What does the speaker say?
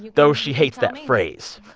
though she hates that phrase.